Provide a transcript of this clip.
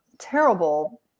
terrible